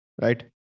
Right